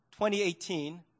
2018